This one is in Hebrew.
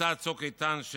מבצע צוק איתן,